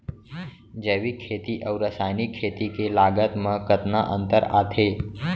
जैविक खेती अऊ रसायनिक खेती के लागत मा कतना अंतर आथे?